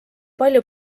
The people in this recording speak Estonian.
palju